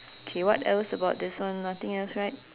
K what else about this one nothing else right